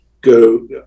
go